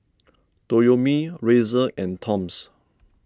Toyomi Razer and Toms